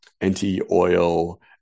anti-oil